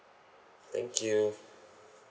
thank you